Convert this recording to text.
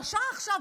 השעה עכשיו,